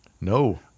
No